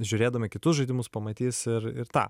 žiūrėdami kitus žaidimus pamatys ir ir tą